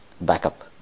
backup